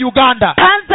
Uganda